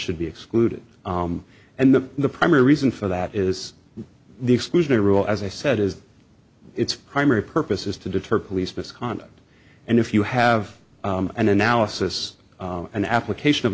should be excluded and the the primary reason for that is the exclusionary rule as i said is its primary purpose is to deter police misconduct and if you have an analysis and application of